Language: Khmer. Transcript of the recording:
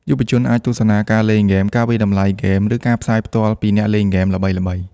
យុវជនអាចទស្សនាការលេងហ្គេម ការវាយតម្លៃហ្គេម ឬការផ្សាយផ្ទាល់ ពីអ្នកលេងហ្គេមល្បីៗ។